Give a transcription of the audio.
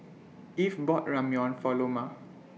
Eve bought Ramyeon For Loma